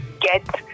get